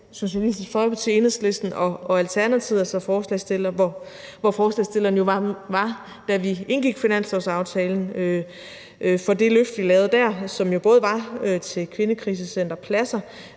Socialistisk Folkeparti, Enhedslisten og Alternativet, hvor forslagsstillerne jo var, da vi indgik finanslovsaftalen, for det løft, som vi der lavede, som jo både var til kvindekrisecenterpladser